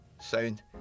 sound